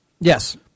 Yes